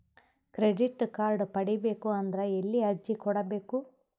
Credit card ಪಡಿಬೇಕು ಅಂದ್ರ ಎಲ್ಲಿ ಅರ್ಜಿ ಕೊಡಬೇಕು?